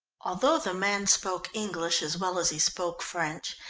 although the man spoke english as well as he spoke french,